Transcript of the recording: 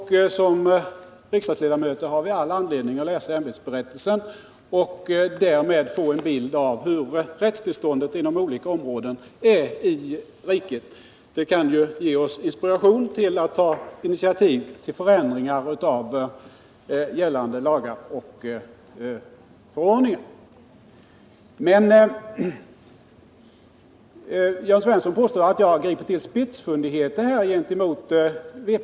Som riksdagsledamöter har vi all anledning att läsa JO:s ämbetsberättelse för att därigenom få en bild av hur rättstillståndet är inom olika områden i riket. Det kan ge oss inspiration till att ta initiativ till förändringar av gällande lagar och förordningar. Jörn Svensson påstår att jag tillgripit spetsfundigheter gentemot vpk.